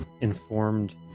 informed